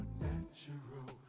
natural